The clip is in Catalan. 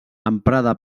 emprada